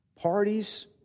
Parties